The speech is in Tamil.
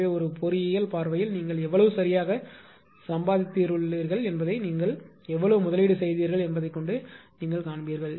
எனவே ஒரு பொறியியல் பார்வையில் நீங்கள் எவ்வளவு சரியாகச் சம்பாதித்துள்ளீர்கள் என்பதை நீங்கள் எவ்வளவு முதலீடு செய்தீர்கள் என்பதை நீங்கள் காண்பீர்கள்